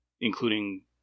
Including